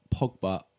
Pogba